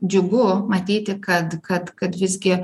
džiugu matyti kad kad kad visgi